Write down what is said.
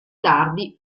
tardi